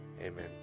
Amen